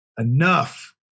enough